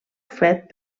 fet